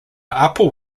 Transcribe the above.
upper